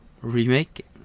remake